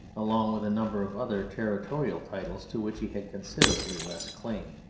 along with a number of other territorial titles to which he had considerably less claim.